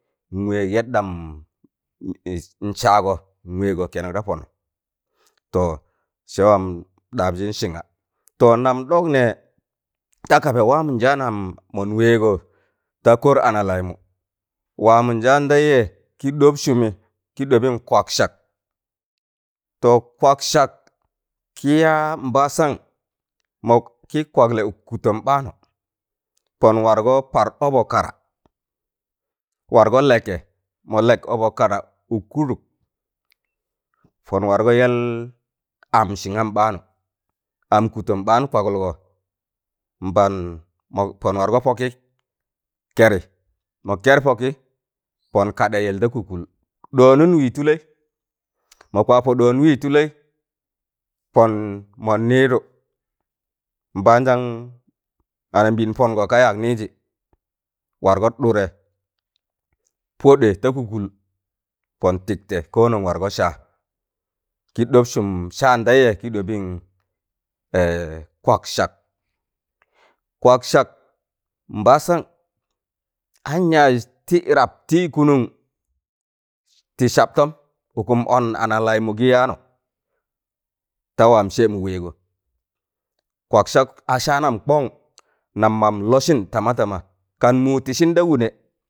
N wẹẹg yaɗam n saagọ n wẹẹgọ kẹnụk da pọnọ to sẹ waam ɗabjịn sịnga to nam ɗọk nẹẹ takaba waam njanam mọn wẹẹgọ ta kọr ana laịmụ waam njaan tẹịjẹ kị ɗọb sụmị kị ɗọbịn kwaksak to kwaksak kịya nbasan mọkkị kwaglẹ ụk kụtọm ɓaanụ pọn nwargọ par ọbọk kara wargọ lẹkẹ mọ lẹk ọbọk kara ụk kụdụk pọn wargọ yẹl am sịngam ɓaanụ am kụtọm ɓaan kwagụlgọ nbann mọ pọn wargọ pọkị kẹrị mọ kẹr pọkị pọn kaɗẹ yẹl da kụkụl ɗọọnụn wịị tụlẹị mọ kwapọ ɗọọn wii tụlẹị pọn mọ nịịdụ nbaansan anambịịn pọngọ ka yaag nịịjị wargọ ɗụrẹ poɗẹ ta kụkụl pọn tịktẹ konong wargọ saa kiɗọb sụm saan ɗẹịjẹ kị ɗọbịn kwaksak kwaksak, nbasan an yaaz tị rap tị kụnụn tị sabtọm ụkụm ọn ana laịmụ gị yaanụ ta waan sẹmụ wẹẹgọ kwaksak a saanam kọn nam mam lọsịn tama tama kan mu tịsịn da wụnẹ